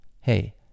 Hey